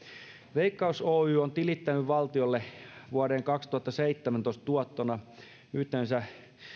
veikkaus oy on tilittänyt valtiolle vuoden kaksituhattaseitsemäntoista tuottona yhteensä